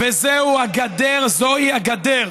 וזוהי הגדר,